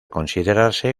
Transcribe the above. considerarse